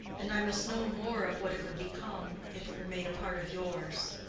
and i must know more of what it would become if it were made a part of yours.